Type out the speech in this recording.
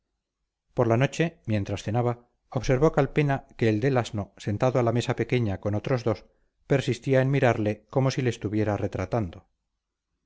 por la noche mientras cenaba observó calpena que el del asno sentado a la mesa pequeña con otros dos persistía en mirarle como si le estuviera retratando